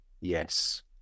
Yes